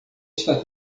está